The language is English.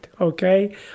Okay